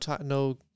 no